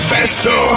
Festo